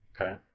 okay